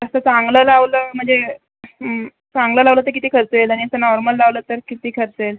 असं चांगलं लावलं म्हणजे चांगलं लावलं तर किती खर्च येईल आणि असं नॉर्मल लावलं तर किती खर्च येईल